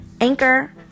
Anchor